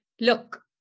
Look